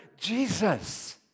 Jesus